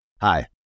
Hi